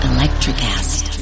Electricast